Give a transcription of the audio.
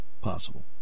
possible